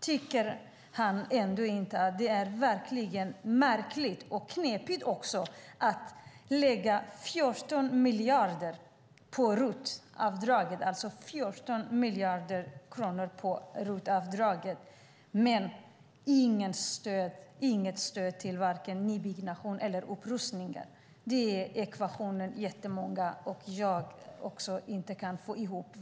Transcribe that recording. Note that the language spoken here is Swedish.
Tycker han ändå inte att det verkligen är märkligt, och också knepigt, att lägga 14 miljarder på ROT-avdrag men inte ge något stöd till vare sig nybyggnation eller upprustning? Det är en ekvation som jättemånga, däribland jag, inte kan få ihop.